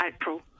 April